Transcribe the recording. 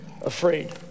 afraid